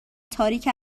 تاریک